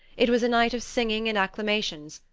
it was a night of singing and acclamations,